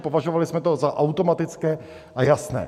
Považovali jsme to za automatické a jasné.